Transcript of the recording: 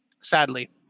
Sadly